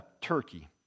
turkey